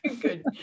Good